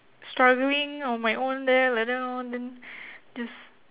struggling on my own there like that lor then just